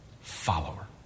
follower